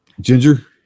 Ginger